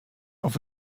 off